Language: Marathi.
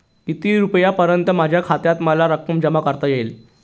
किती रुपयांपर्यंत माझ्या खात्यात मला रक्कम जमा करता येईल?